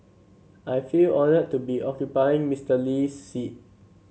I feel honoured to be occupying Mister Lee's seat